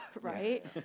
right